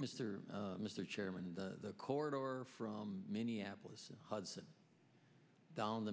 mr mr chairman the corridor or from minneapolis hudson down the